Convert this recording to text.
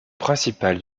principal